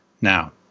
Now